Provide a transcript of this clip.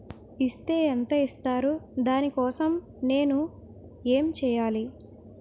Is తే ఎంత ఇస్తారు దాని కోసం నేను ఎంచ్యేయాలి?